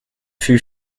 fut